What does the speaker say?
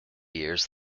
years